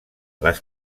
les